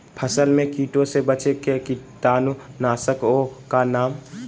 फसल में कीटों से बचे के कीटाणु नाशक ओं का नाम?